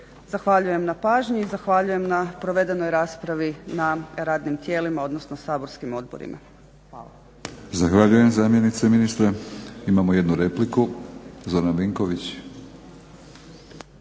Zahvaljujem na pažnji i zahvaljujem na provedenoj raspravi na radnim tijelima, odnosno saborskim odborima.